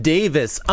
Davis